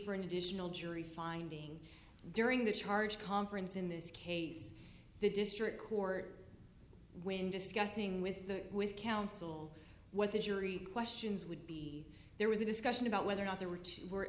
for an additional jury finding during the charge conference in this case the district court when discussing with the with council what the jury questions would be there was a discussion about whether or not there were two were